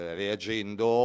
reagendo